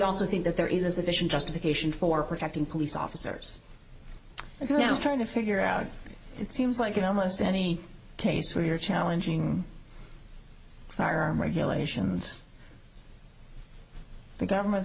also think that there is a sufficient justification for protecting police officers you know trying to figure out it seems like in almost any case where you're challenging regulations the government's